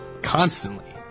constantly